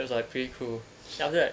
it was like pretty cool then after that